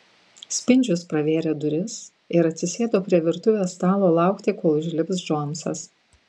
spindžius pravėrė duris ir atsisėdo prie virtuvės stalo laukti kol užlips džonsas